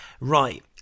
Right